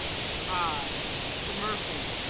i. mr. murphy